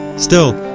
still,